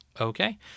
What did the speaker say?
Okay